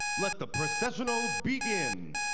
let the processional began.